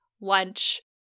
lunch